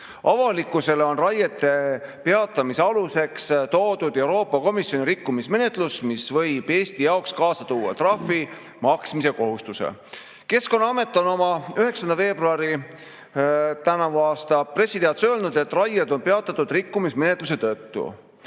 Avalikkusele on raiete peatamise aluseks toodud Euroopa Komisjoni rikkumismenetlus, mis võib Eesti jaoks kaasa tuua trahvi maksmise kohustuse. Keskkonnaamet on oma 9. veebruari pressiteates öelnud, et raied on peatatud rikkumismenetluse tõttu.